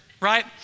right